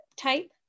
type